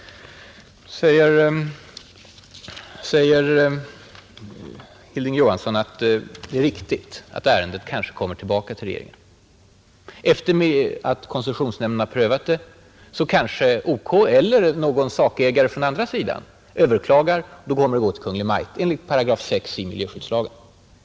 Nu säger Hilding Johansson att det är riktigt att ärendet kanske kommer tillbaka till regeringen, Efter det att koncessionsnämnden prövat det kanske OK eller någon sakägare från andra sidan överklagar. Då kommer det att gå till Kungl. Maj:t enligt 6 § i miljöskyddslagen.